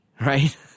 Right